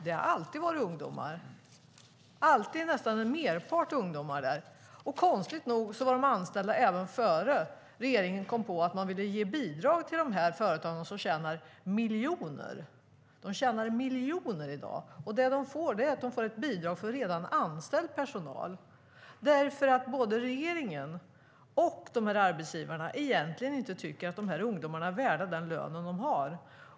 Det har nästan alltid varit ungdomar. Och konstigt nog var de anställda även innan regeringen kom på att man ville ge bidrag till de här företagen, som tjänar miljoner i dag. De får bidrag för redan anställd personal. Regeringen och arbetsgivarna tycker egentligen inte att de här ungdomarna är värda den lön de har.